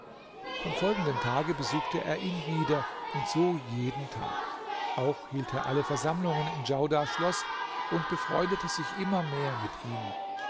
im folgenden tage besuchte er ihn wieder und so jeden tag auch hielt er alle versammlungen in djaudars schloß und befreundete sich immer mehr mit ihm